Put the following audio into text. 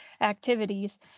activities